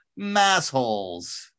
Massholes